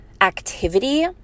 activity